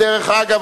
דרך אגב,